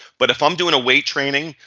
but if i'm doing a weight training,